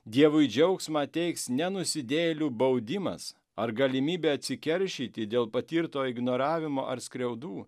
dievui džiaugsmą teiks ne nusidėjėlių baudimas ar galimybė atsikeršyti dėl patirto ignoravimo ar skriaudų